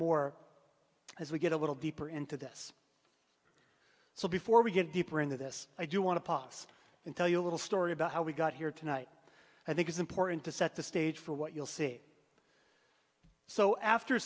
more as we get a little deeper into this so before we get deeper into this i do want to pause and tell you a little story about how we got here tonight i think is important to set the stage for what you'll see so after